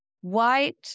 white